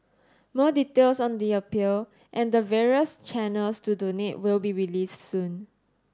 more details on the appeal and the various channels to donate will be released soon